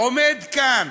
עומד כאן